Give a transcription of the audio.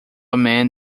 man